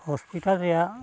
hospital ᱨᱮᱭᱟᱜ